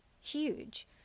huge